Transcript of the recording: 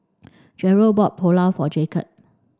Jerrell bought Pulao for Jacob